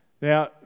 Now